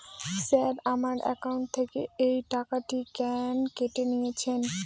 Sir আমার account থেকে এই টাকাটি কেন কেটে নিয়েছেন?